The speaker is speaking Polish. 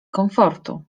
komfortu